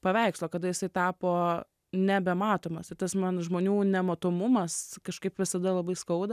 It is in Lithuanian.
paveikslo kada jisai tapo nebematomas ir tas man žmonių nematomumas kažkaip visada labai skauda